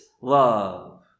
love